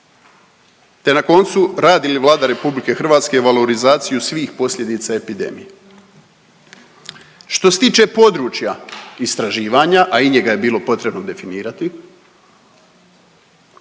Te na koncu, radi li Vlada RH valorizaciju svih posljedica epidemije. Što se tiče područja istraživanja, a i njega je bilo potrebno definirati,